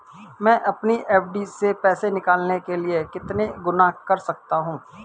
मैं अपनी एफ.डी से पैसे निकालने के लिए कितने गुणक कर सकता हूँ?